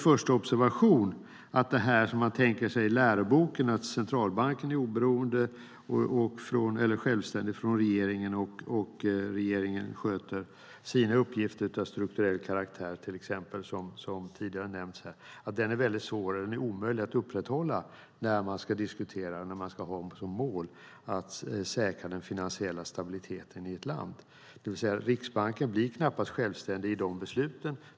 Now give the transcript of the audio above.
Läroboken säger att centralbanken är självständig från regeringen och att regeringen sköter sina uppgifter av strukturell karaktär - det är något som är omöjligt att upprätthålla när man ska ha som mål att säkra den finansiella stabiliteten i ett land. Riksbanken blir knappast självständig i de besluten.